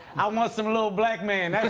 i want some little black man.